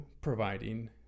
providing